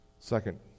Second